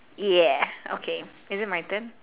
yeah okay is it my turn